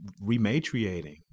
rematriating